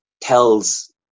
tells